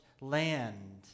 land